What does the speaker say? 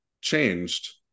changed